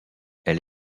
elle